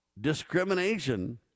discrimination